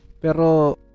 Pero